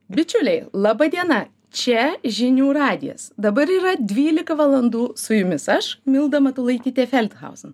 bičiuliai laba diena čia žinių radijas dabar yra dvylika valandų su jumis aš milda matulaitytė felthauzen